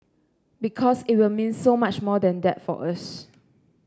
because it will mean so much more than that for us